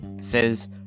says